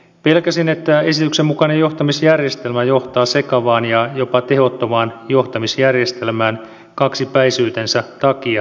pelkäsin että esityksen mukainen johtamisjärjestelmä johtaa sekavaan ja jopa tehottomaan johtamisjärjestelmään kaksipäisyytensä takia